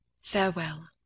farewell